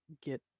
get